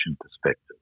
perspective